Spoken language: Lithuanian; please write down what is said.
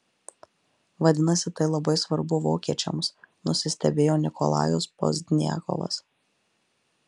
vadinasi tai labai svarbu vokiečiams nusistebėjo nikolajus pozdniakovas